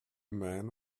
man